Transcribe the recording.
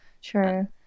sure